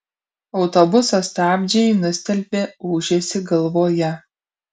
autobuso stabdžiai nustelbė ūžesį galvoje